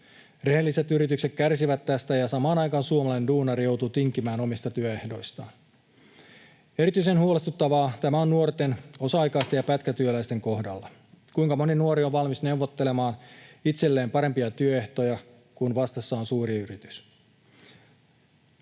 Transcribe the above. Rehelliset yritykset kärsivät tästä, ja samaan aikaan suomalainen duunari joutuu tinkimään omista työehdoistaan. Erityisen huolestuttavaa tämä on nuorten, osa-aikaisten ja pätkätyöläisten kohdalla. Kuinka moni nuori on valmis neuvottelemaan itselleen parempia työehtoja, kun vastassa on suuri yritys?